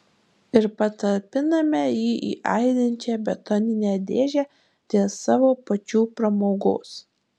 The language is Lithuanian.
ir patalpiname jį į aidinčią betoninę dėžę dėl savo pačių pramogos